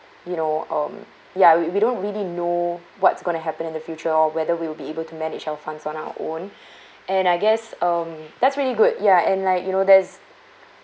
you know um ya we we don't really know what's gonna happen in the future or whether we will be able to manage our funds on our own and I guess um that's really good ya and like you know there's